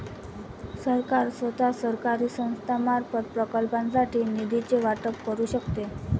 सरकार स्वतः, सरकारी संस्थांमार्फत, प्रकल्पांसाठी निधीचे वाटप करू शकते